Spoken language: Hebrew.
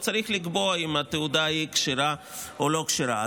וצריך לקבוע אם התעודה כשרה או לא כשרה.